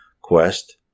quest